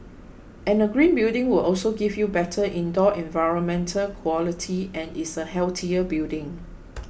and a green building will also give you better indoor environmental quality and is a healthier building